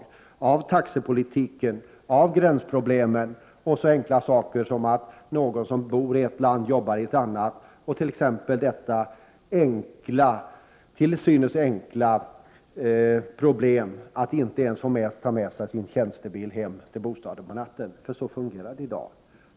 Jag tänker på taxepolitiken, gränsproblemen och ett så till synes enkelt problem som att någon som bor i ett land och jobbar i ett annat inte ens får ta med sig sin tjänstebil hem till bostaden över natten. Så illa fungerar det i dag.